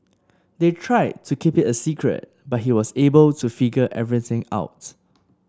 they tried to keep it a secret but he was able to figure everything out